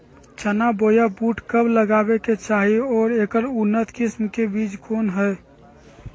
चना बोया बुट कब लगावे के चाही और ऐकर उन्नत किस्म के बिज कौन है?